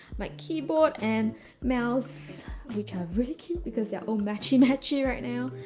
my keyboard and mouse which are really cute because they're all matchy-matchy right now.